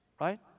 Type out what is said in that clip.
Right